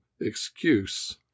excuse